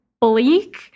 bleak